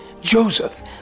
Joseph